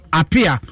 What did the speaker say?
appear